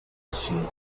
assim